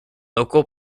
local